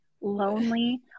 lonely